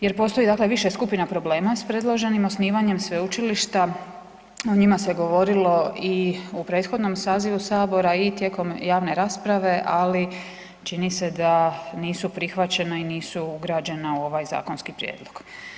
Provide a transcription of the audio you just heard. Jer, postoji dakle više skupina problema s predloženim osnivanjem sveučilišta, o njima se govorilo i u prethodnom sazivu Sabora i tijekom javne rasprave, ali čini se da nisu prihvaćena i nisu ugrađena u ovaj zakonski prijedlog.